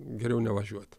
geriau nevažiuoti